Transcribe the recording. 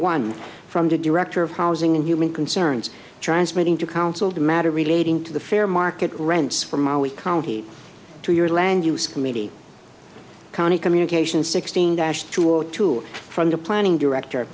one from the director of housing and human concerns transmitting to counsel the matter relating to the fair market rents for maui county to your land use committee county communications sixteen dash two or two from the planning director